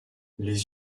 les